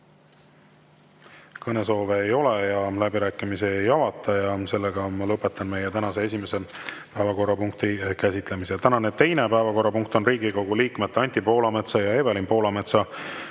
Kõnesoove ei ole, läbirääkimisi ei avata ja lõpetan meie tänase esimese päevakorrapunkti käsitlemise. Tänane teine päevakorrapunkt on Riigikogu liikmete Anti Poolametsa ja Evelin Poolametsa